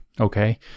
Okay